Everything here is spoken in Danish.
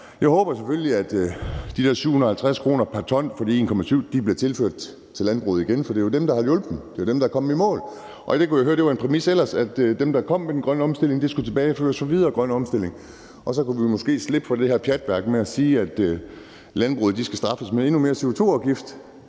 Jeg håber selvfølgelig, at de der 750 kr. pr. ton for de 1,7 mio. t bliver ført tilbage til landbruget igen, for det er dem, der har hjulpet, det er dem, der er kommet i mål. Jeg kunne ellers høre, det var en præmis, at dem, der leverede på den grønne omstilling, skulle få tilbageført til videre grøn omstilling, og så kunne vi måske slippe for det her pjatværk med at sige, at landbruget skal straffes med endnu mere CO2-afgift.